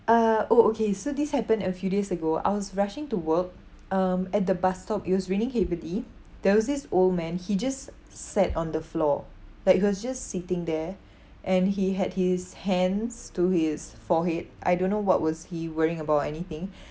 uh oh okay so this happened a few days ago I was rushing to work um at the bus stop it was raining heavily there was this old man he just sat on the floor like he was just sitting there and he had his hands to his forehead I don't know what was he worrying about or anything